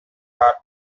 had